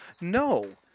no